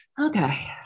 okay